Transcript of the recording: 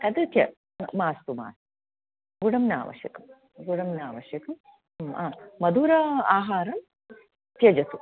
तद् च्य मास्तु मास्तु गुडं नाववश्यकं गुडं न आवश्यकं आ मधुर आहारं त्यजतु